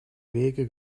wege